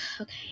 Okay